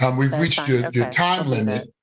um we've reached your time limit.